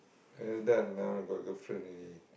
uh done now got girlfriend already